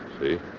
See